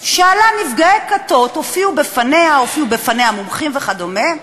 שאלה נפגעי כתות, הופיעו בפניה מומחים וכדומה,